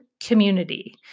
community